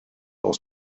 aus